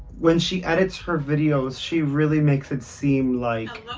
when she edits her videos she really makes it seem like,